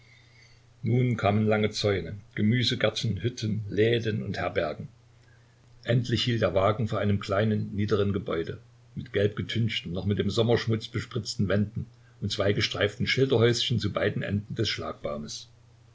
nun kamen lange zäune gemüsegärten hütten läden und herbergen endlich hielt der wagen vor einem kleinen niederen gebäude mit gelbgetünchten noch mit dem sommerschmutz bespritzten wänden und zwei gestreiften schilderhäuschen zu beiden enden des schlagbaumes